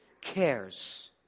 cares